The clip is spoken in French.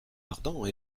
ardent